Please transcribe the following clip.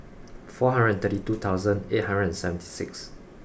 four hundred and thirty two thousand eight hundred and seventy six